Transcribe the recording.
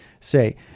say